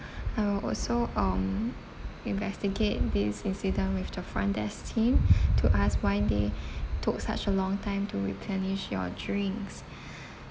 I will also um investigate this incident with the front desk team to ask why they took such a long time to replenish your drinks